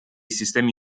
sistemi